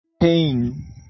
pain